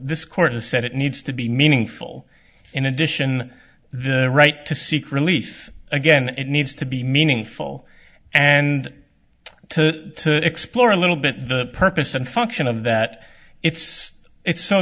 this court has said it needs to be meaningful in addition the right to seek relief again it needs to be meaningful and to explore a little bit the purpose and function of that it's it's so